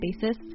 basis